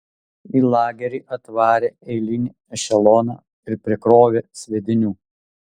į lagerį atvarė eilinį ešeloną ir prikrovė sviedinių